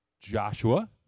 Joshua